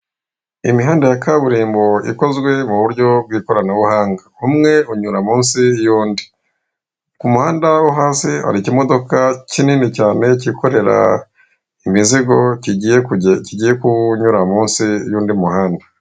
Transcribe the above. Imihanda ya kaburimbo ikozwe mu ikoranabuhanga umwe unyura munsi y'undi. Ku muhanda wo hasi hari ikimodoka kinini cyane cyikorera imizigo kigiye kunyura munsi yundi muhanda.